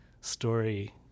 story